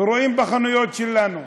ורואים בחנויות שלנו,